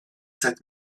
sept